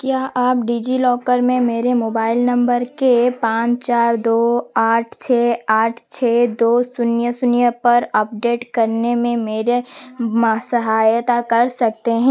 क्या आप डिज़िलॉकर में मेरे मोबाइल नम्बर के पाँच चार दो आठ छह आठ छह दो शून्य शून्य पर अपडेट करने में मेरे मा सहायता कर सकते हैं